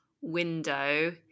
window